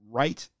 right